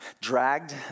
dragged